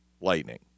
Lightning